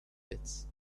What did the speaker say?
pits